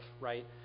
right